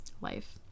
life